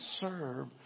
serve